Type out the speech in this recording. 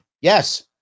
Yes